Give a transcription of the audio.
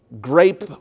grape